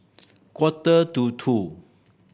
quarter to two